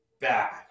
bad